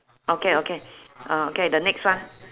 okay okay ah okay the next one